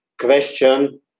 question